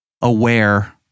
aware